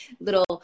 little